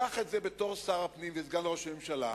קח את זה בתור שר הפנים וסגן ראש הממשלה